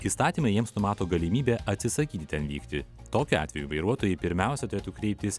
įstatymai jiems numato galimybę atsisakyti ten vykti tokiu atveju vairuotojai pirmiausia turėtų kreiptis